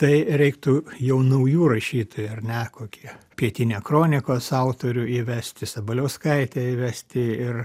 tai reiktų jau naujų rašytojų ar ne kokie pietinę kronikos autorių įvesti sabaliauskaitę įvesti ir